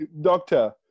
doctor